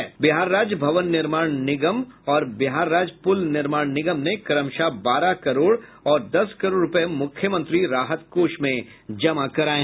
बिहार राज्य भवन निर्माण निगम और बिहार राज्य पुल निर्माण निगम ने क्रमश बारह करोड़ और दस करोड़ रुपये मुख्यमंत्री राहत कोष में जमा किये